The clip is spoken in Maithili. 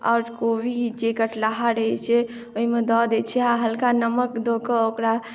आओर कोबी जे कटलहा रहै छै ओहिमे दऽ दै छै आ हलका नमक दऽ कऽ ओकरा